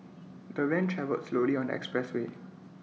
the van travelled slowly on the expressway